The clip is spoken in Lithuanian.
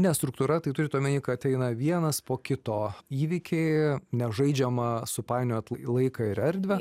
ne struktūra tai turit omeny kad eina vienas po kito įvykį nežaidžiama supainiot laiką ir erdvę